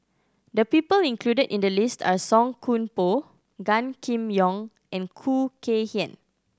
the people included in the list are Song Koon Poh Gan Kim Yong and Khoo Kay Hian